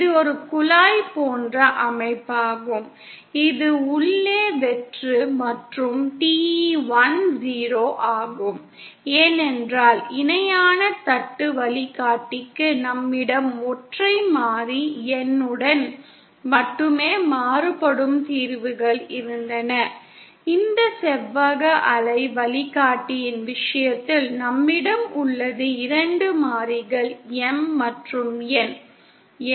இது ஒரு குழாய் போன்ற அமைப்பாகும் இது உள்ளே வெற்று மற்றும் TE10 ஆகும் ஏனென்றால் இணையான தட்டு வழிகாட்டிக்கு நம்மிடம் ஒற்றை மாறி N உடன் மட்டுமே மாறுபடும் தீர்வுகள் இருந்தன இந்த செவ்வக அலை வழிகாட்டியின் விஷயத்தில் நம்மிடம் உள்ளது இரண்டு மாறிகள் M மற்றும் N